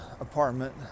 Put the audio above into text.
apartment